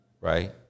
right